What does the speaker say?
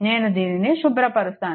నేను దీనిని శుభ్రపరుస్తాను